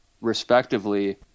respectively